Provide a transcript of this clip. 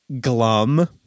glum